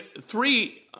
three